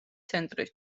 ცენტრი